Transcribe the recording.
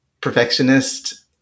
perfectionist